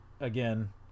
again